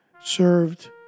Served